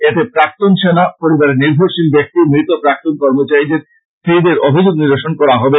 এতে প্রাক্তন সেনা পরিবারের নির্ভরশীল ব্যাক্তি মৃত প্রাক্তন কর্মচারীদের স্ত্রীদের অভিযোগ নিরসন করা হবে